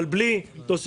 אבל לא יהיו תושבים.